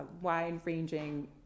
wide-ranging